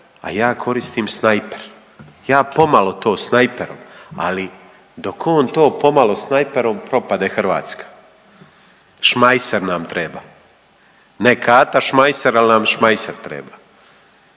a ja koristim snajper, ja pomalo to snajperom. Ali dok on to pomalo snajperom propade Hrvatska. Šmajser nam treba, ne kata, šmajser, ali nam šmajser treba